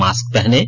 mask पहनें